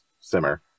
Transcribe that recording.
simmer